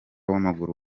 w’amaguru